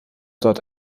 dort